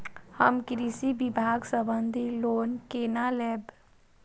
हम कृषि विभाग संबंधी लोन केना लैब?